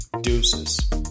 deuces